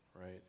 Right